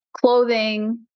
clothing